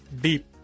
deep